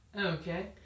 Okay